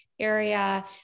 area